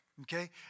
Okay